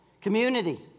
Community